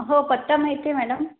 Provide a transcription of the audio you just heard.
हो पत्ता माहिती मॅडम